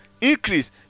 Increase